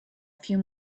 few